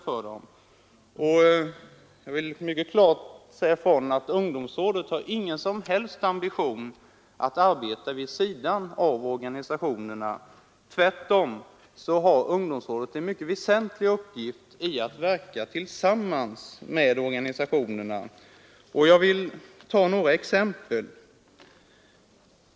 Jag vill mycket klart säga ifrån att ungdomsrådet inte har någon som helst ambition att arbeta vid sidan av organisationerna. Tvärtom har ungdomsrådet en mycket väsentlig uppgift i att verka tillsammans med organisationerna. Jag skall ta några exempel.